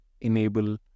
enable